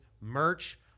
merch